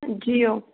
Jio